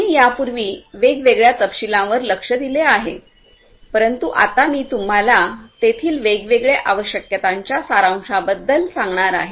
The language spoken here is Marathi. आम्ही यापूर्वी वेगवेगळ्या तपशीलांवर लक्ष दिले आहे परंतु आता मी तुम्हाला तेथील वेगवेगळ्या आवश्यकतांच्या सारांशांबद्दल सांगणार आहे